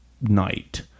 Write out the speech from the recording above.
night